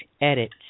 edit